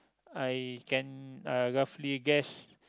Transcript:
I can roughly guess